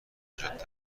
نژاد